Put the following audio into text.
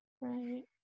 Right